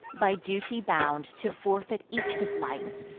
by duty bound to forfeit each his life,